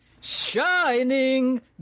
Shining